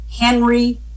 Henry